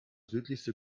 südlichste